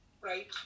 Right